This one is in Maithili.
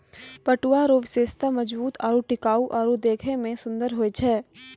पटुआ रो विशेषता मजबूत आरू टिकाउ आरु देखै मे सुन्दर होय छै